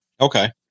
Okay